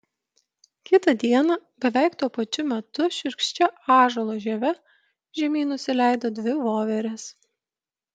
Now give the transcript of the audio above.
kitą dieną beveik tuo pačiu metu šiurkščia ąžuolo žieve žemyn nusileido dvi voverės